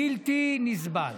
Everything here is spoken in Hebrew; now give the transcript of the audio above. בלתי נסבל.